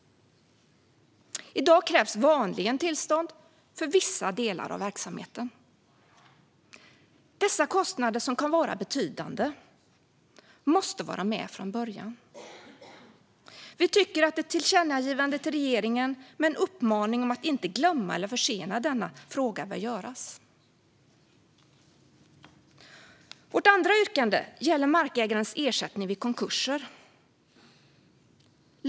I dag krävs vanligen tillstånd för vissa delar av verksamheten. Dessa kostnader, som kan vara betydande, måste vara med från början. Vi tycker att ett tillkännagivande till regeringen med en uppmaning om att inte glömma eller försena denna fråga bör göras. Vårt andra yrkande gäller markägarens ersättning vid konkurser.